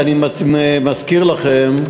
אני מזכיר לכם,